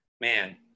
man